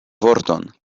vorton